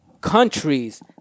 countries